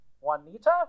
Juanita